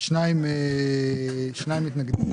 2 נגד.